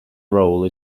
role